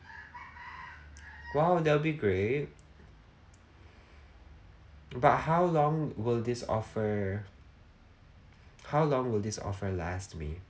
well that will be great but how long will this offer how long will this offer last to me